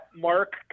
Mark